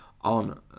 on